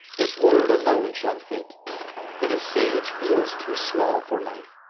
this word alone shall fit that a sage feels too small for life,